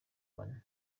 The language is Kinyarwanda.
bane